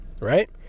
right